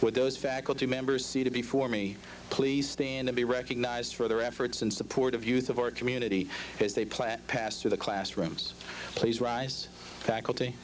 with those faculty members seated before me please stand to be recognized for their efforts in support of youth of our community because they plan pass through the classrooms please rise faculty